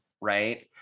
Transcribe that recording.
Right